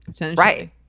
Right